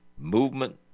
movement